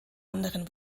anderen